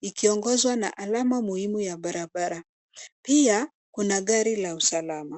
ikiongozwa na alama muhimu ya barabara. Pia kuna gari la usalama.